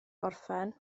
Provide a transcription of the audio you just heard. gorffen